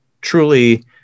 truly